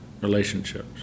relationships